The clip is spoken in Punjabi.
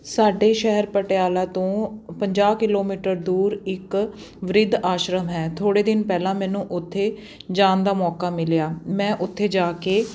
ਸਾਡੇ ਸ਼ਹਿਰ ਪਟਿਆਲਾ ਤੋਂ ਪੰਜਾਹ ਕਿਲੋਮੀਟਰ ਦੂਰ ਇੱਕ ਬਿਰਧ ਆਸ਼ਰਮ ਹੈ ਥੋੜ੍ਹੇ ਦਿਨ ਪਹਿਲਾਂ ਮੈਨੂੰ ਉੱਥੇ ਜਾਣ ਦਾ ਮੌਕਾ ਮਿਲਿਆ ਮੈਂ ਉੱਥੇ ਜਾ ਕੇ